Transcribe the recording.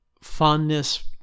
fondness